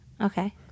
Okay